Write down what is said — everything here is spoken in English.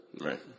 Right